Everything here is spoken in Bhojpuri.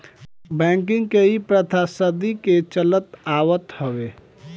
बैंकिंग के इ प्रथा सदी के चलत आवत हवे